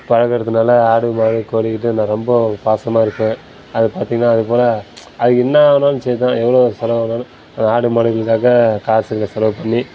பழகுறதனால் ஆடு மாடு கோழிகிட்ட நான் ரொம்ப பாசமாக இருப்பேன் அதை பார்த்தீங்கன்னா அது போல் அது என்ன ஆனாலும் சரிதான் எவ்வளோ செலவானாலும் ஆடு மாடுங்களுக்காக காசுங்க செலவு பண்ணி